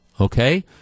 okay